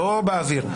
לא באוויר,